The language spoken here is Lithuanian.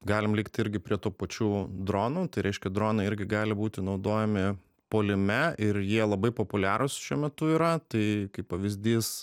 galim likti irgi prie tų pačių dronų tai reiškia dronai irgi gali būti naudojami puolime ir jie labai populiarūs šiuo metu yra tai kaip pavyzdys